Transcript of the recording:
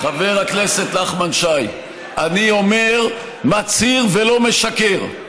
חבר הכנסת נחמן שי, אני אומר, מצהיר, ולא משקר: